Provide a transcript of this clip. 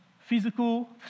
physical